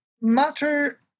matter